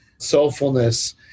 soulfulness